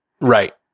Right